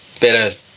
better